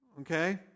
Okay